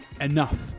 enough